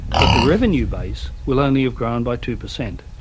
but the revenue base will only have grown by two percent.